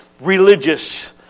religious